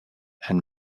and